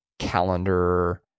calendar